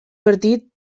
partit